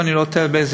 אם אני לא טועה ביום,